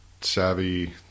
Savvy